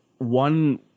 one